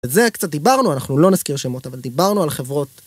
זה קצת דיברנו אנחנו לא נזכיר שמות אבל דיברנו על חברות.